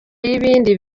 y’ibindi